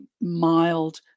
mild